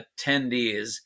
attendees